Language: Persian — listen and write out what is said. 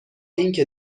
اینکه